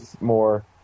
more